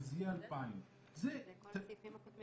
וזה יהיה 2,000. זה כל הסעיפים הקודמים.